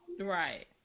Right